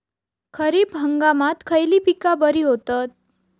खरीप हंगामात खयली पीका बरी होतत?